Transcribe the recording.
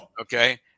okay